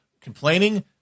complaining